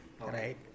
right